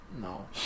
No